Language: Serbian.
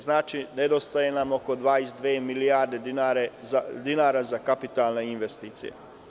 Znači, nedostaje nam oko 22 milijarde dinara za kapitalne investicije.